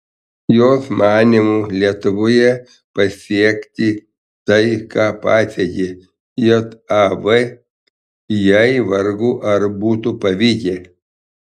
jos manymu lietuvoje pasiekti tai ką pasiekė jav jai vargu ar būtų pavykę